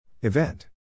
Event